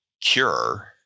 cure